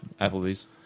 Applebee's